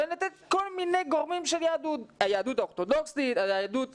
אבל לתת כל מיני גורמים של יהדות: היהדות האורתודוכסית,